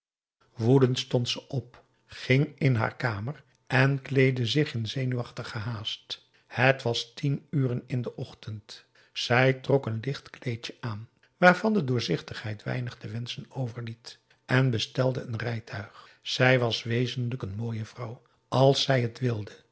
woedend stond ze op ging in haar kamer en kleedde zich in zenuwachtige haast het was tien uren in den ochtend zij trok een licht kleedje aan waarvan de doorzichtigheid weinig te wenschen overliet en bestelde een rijtuig zij was wezenlijk een mooie vrouw als zij het wilde